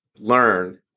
learn